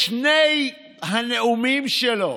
בשני הנאומים שלו